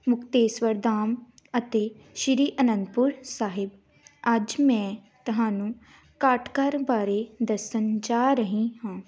ਮੁਕਤੇਸਵਰ ਧਾਮ ਅਤੇ ਸ਼੍ਰੀ ਅਨੰਦਪੁਰ ਸਾਹਿਬ ਅੱਜ ਮੈਂ ਤਹਾਨੂੰ ਕਾਠਗੜ੍ਹ ਬਾਰੇ ਦੱਸਣ ਜਾ ਰਹੀ ਹਾਂ